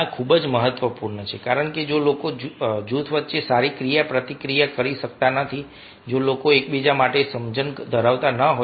આ ખૂબ જ મહત્વપૂર્ણ છે કારણ કે જો લોકો જૂથ વચ્ચે સારી ક્રિયાપ્રતિક્રિયા કરી શકતા નથી જો લોકો એકબીજા માટે સમજણ ધરાવતા ન હોય